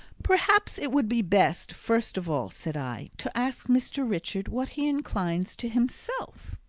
perhaps it would be best, first of all, said i, to ask mr. richard what he inclines to himself.